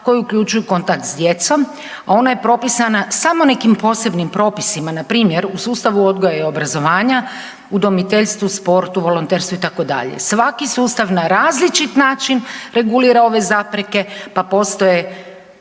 koji uključuju kontakt s djecom, a ona je propisana samo nekim posebnim propisima, npr. u sustavu odgoja i obrazovanja, udomiteljstvu, sportu, volonterstvu itd. svaki sustav na različit način regulira ove zapreke pa postoje